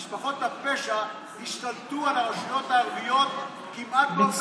משפחות הפשע השתלטו על הרשויות הערביות כמעט באופן